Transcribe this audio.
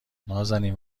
نازنین